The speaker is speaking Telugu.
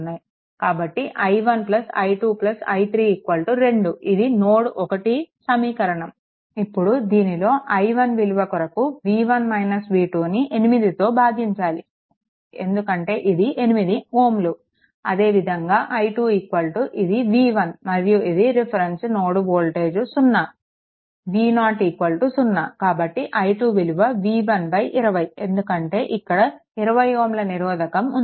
కాబట్టి i1 i 2 i3 2 ఇది నోడ్ 1 సమీకరణం ఇప్పుడు దీనిలో i1 విలువ కొరకు ను 8తో భాగించాలి ఎందుకంటే ఇది 8 Ω అదేవిధంగా i2 ఇది v1 మరియు ఇది రిఫరెన్స్ నోడ్ వోల్టేజ్ సున్నా v0 0 కాబట్టి i2 విలువ v120 ఎందుకంటే ఇక్కడ 20 Ω నిరోధకం ఉంది